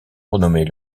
renommer